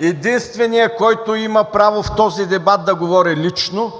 единственият, който има право в този дебат да говори лично,